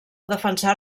defensar